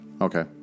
Okay